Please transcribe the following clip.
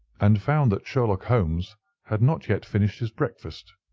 and found that sherlock holmes had not yet finished his breakfast.